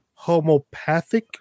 homopathic